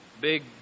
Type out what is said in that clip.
big